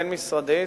בוועדה בין-משרדית,